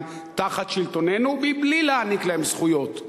תחת שלטוננו מבלי להעניק להם זכויות.